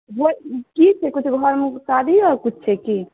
घ की छै किछु घरमे किछु शादीओ आर किछु छै की